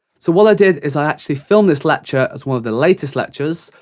so what i did, is i actually filmed this lecture as one of the latest lectures,